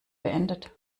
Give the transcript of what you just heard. beendet